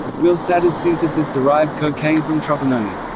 willstatter's synthesis derived cocaine from tropinone.